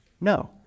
No